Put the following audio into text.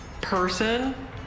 person